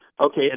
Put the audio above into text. Okay